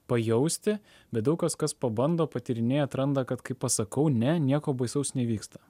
pajausti bet daug kas kas pabando patyrinėja atranda kad kai pasakau ne nieko baisaus nevyksta